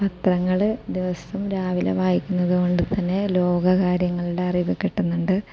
പത്രങ്ങൾ ദിവസം രാവിലെ വായിക്കുന്നതുകൊണ്ട് തന്നെ ലോക കാര്യങ്ങളുടെ അറിവ് കിട്ടുന്നുണ്ട്